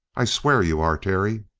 i swear you are, terry!